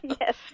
yes